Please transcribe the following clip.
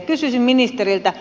kysyisin ministeriltä